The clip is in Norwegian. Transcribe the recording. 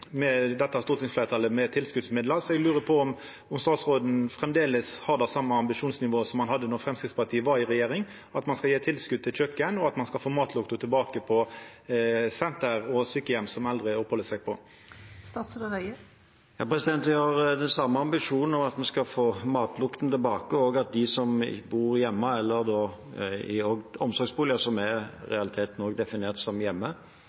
så eg lurer på om statsråden framleis har det same ambisjonsnivået som han hadde då Framstegspartiet var i regjering, at ein skal gje tilskot til kjøkken, og at ein skal få matlukta tilbake på senter og sjukeheimar der eldre oppheld seg. Vi har de samme ambisjonene om at man skal få matlukten tilbake, og at de som bor hjemme eller i omsorgsboliger, som i realiteten også er definert som hjemme,